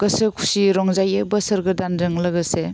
गोसो खुसियै रंजायो बोसोर गोदानजों लोगोसे